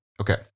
okay